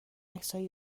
عکسای